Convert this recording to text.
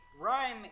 rhyme